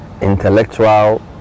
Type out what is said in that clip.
intellectual